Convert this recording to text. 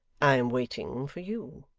i am waiting for you